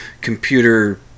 computer